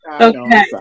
okay